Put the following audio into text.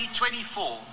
2024